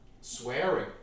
swearing